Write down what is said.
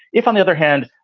if, on the other hand,